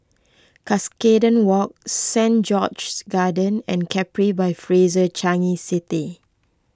Cuscaden Walk Saint George's Garden and Capri by Fraser Changi City